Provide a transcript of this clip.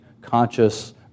conscious